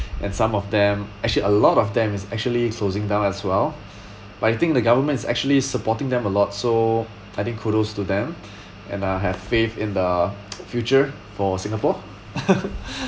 and some of them actually a lot of them is actually closing down as well but I think the government is actually supporting them a lot so I think kudos to them and I have faith in the future for singapore